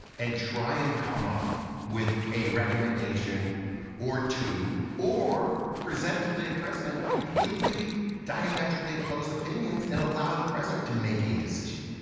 and try and come up with a recommendation or two, or present to the president completely diametrically opposed opinions and allow the president to make a decision.